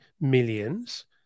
millions